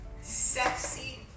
sexy